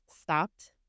stopped